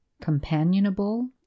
companionable